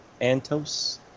Antos-